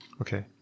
Okay